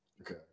Okay